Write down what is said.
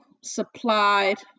supplied